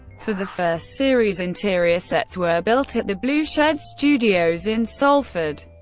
for the first series, interior sets were built at the blue shed studios in salford.